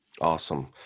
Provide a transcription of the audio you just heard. Awesome